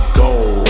gold